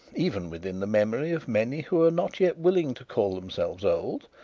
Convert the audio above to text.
even within the memory of many who are not yet willing to call themselves old,